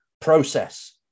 Process